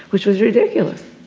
which was ridiculous.